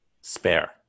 spare